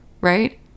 right